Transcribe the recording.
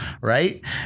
right